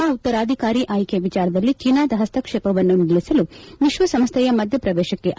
Dalai Lama ಉತ್ತರಾಧಿಕಾರಿ ಆಯ್ಕೆ ವಿಚಾರದಲ್ಲಿ ಚೀನಾದ ಹಸ್ತಕ್ಷೇಪವನ್ನು ನಿಲ್ಲಿಸಲು ವಿಶ್ವಸಂಸ್ಲೆಯ ಮಧ್ಯಪ್ರವೇಶಕ್ಷೆ